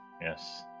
Yes